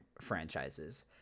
franchises